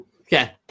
okay